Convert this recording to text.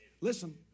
Listen